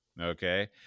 Okay